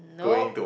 nop